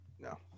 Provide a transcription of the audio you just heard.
No